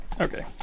Okay